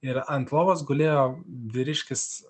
ir ant lovos gulėjo vyriškis